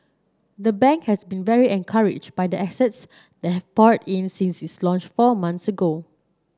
the bank has been very encouraged by the assets that have poured in since its launch four months ago